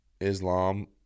Islam